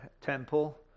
temple